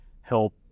help